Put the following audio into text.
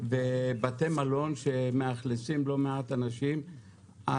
ובתי מלון שמאכלסים לא מעט אנשים,